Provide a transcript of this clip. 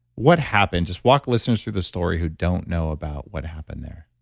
what happened? just walk listeners through the story who don't know about what happened there